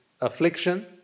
affliction